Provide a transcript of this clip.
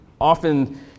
often